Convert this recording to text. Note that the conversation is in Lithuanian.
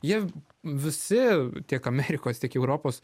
jie visi tiek amerikos tiek europos